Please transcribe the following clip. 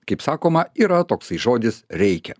kaip sakoma yra toksai žodis reikia